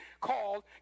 called